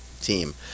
team